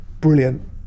brilliant